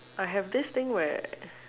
I have this thing where